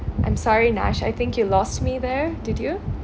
I'm sorry nash I think you lost me there did you